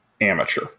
amateur